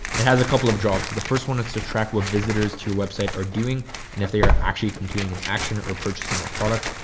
it has a couple of jobs. the first one that's attracted visitors to your website or doing and if they are actually completing an action or purchasing a product.